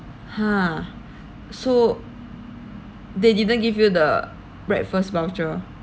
ha so they didn't give you the breakfast voucher